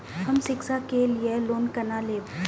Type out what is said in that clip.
हम शिक्षा के लिए लोन केना लैब?